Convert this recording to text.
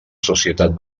societat